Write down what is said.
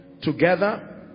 together